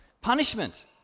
punishment